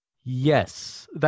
Yes